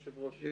היושב-ראש?